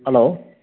hello